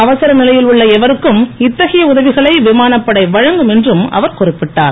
அவசர நிலையில் உள்ள எவருக்கும் இத்தகைய உதவிகளை விமானப்படை வழங்கும் என்று அவர் குறிப்பிட்டார்